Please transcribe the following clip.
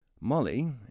Molly